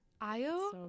Ayo